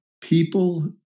people